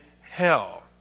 hell